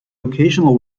occasional